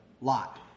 Lot